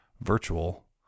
virtual